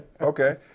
Okay